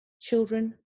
Children